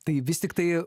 tai vis tiktai